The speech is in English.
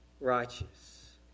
righteous